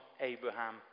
Abraham